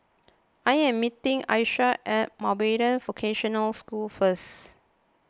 I am meeting Alycia at Mountbatten Vocational School first